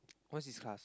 what's his class